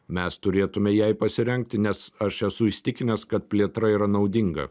mes turėtume jai pasirengti nes aš esu įsitikinęs kad plėtra yra naudinga